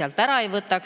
sealt ära ei võta.